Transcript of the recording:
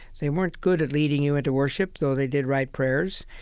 they weren't good at leading you into worship, though they did write prayers.